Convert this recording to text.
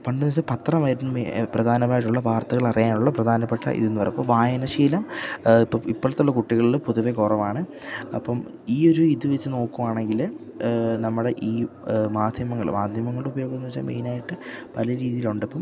പണ്ടെന്നുവെച്ചാല് പത്രമായിരുന്നു പ്രധാനമായിട്ടുള്ളത് വാർത്തകൾ അറിയാനുള്ള പ്രധാനപ്പെട്ട ഇതെന്ന് പറയുന്നത് അപ്പോള് വായനാശീലം ഇപ്പം ഇപ്പോഴത്തെ കുട്ടികളില് പൊതുവേ കുറവാണ് അപ്പം ഈയൊരു ഇത് വെച്ചുനോക്കുകയാണെങ്കില് നമ്മുടെ ഈ മാധ്യമങ്ങള് മാധ്യമങ്ങളുടെ ഉപയോഗമെന്നുവെച്ചാല് മെയിനായിട്ട് പല രീതിയിലുണ്ട് ഇപ്പം